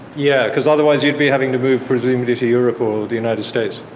yeah because otherwise you'd be having to move presumably to europe or the united states.